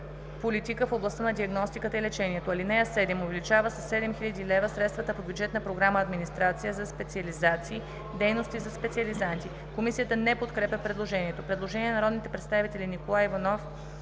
„Политика в областта на диагностиката и лечението“. (7) Увеличава със 7 000 хил. лв. средствата по Бюджетна програма „Администрация“ за специализации – Дейности за специализанти“.“ Комисията не подкрепя предложението. Предложение на народните представители Николай Иванов,